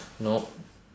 nope